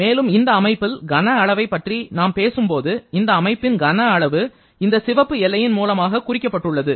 மேலும் இந்த அமைப்பில் கன அளவை பற்றி நாம் பேசும்போது இந்த அமைப்பின் கன அளவு இந்த சிவப்பு எல்லையின் மூலமாக குறிக்கப்பட்டுள்ளது